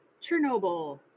Chernobyl